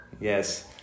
Yes